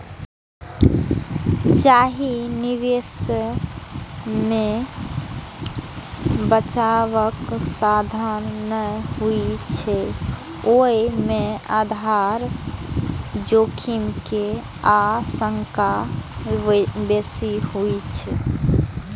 जाहि निवेश मे बचावक साधन नै होइ छै, ओय मे आधार जोखिम के आशंका बेसी होइ छै